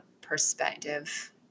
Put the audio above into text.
perspective